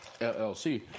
LLC